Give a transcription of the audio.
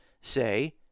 say